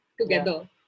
together